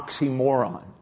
oxymoron